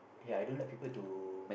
ya I don't like people to